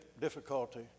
difficulty